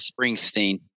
Springsteen